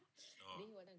sure